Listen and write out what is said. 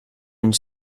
une